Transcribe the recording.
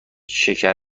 شکر